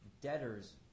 debtor's